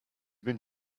been